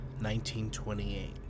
1928